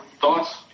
Thoughts